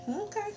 Okay